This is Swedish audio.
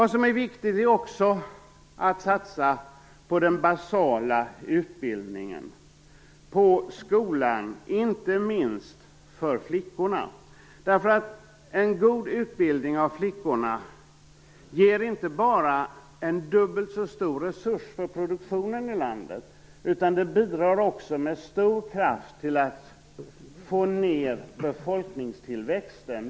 Det är också angeläget att satsa på den basala utbildningen, på skolan, inte minst för flickorna. En god utbildning av flickorna ger inte bara en dubbelt så stor resurs för produktionen i landet, utan den bidrar också med stor kraft till att få ned befolkningstillväxten.